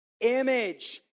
image